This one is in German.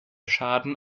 schaden